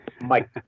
Mike